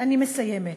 אני מסיימת.